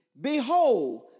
Behold